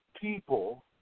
people